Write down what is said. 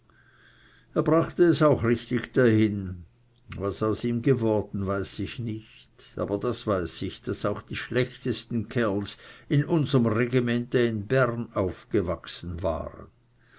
er brachte es auch richtig dahin was aus ihm geworden weiß ich nicht aber das weiß ich daß auch die schlechtesten kerls in unserm regimente in bern aufgewachsen waren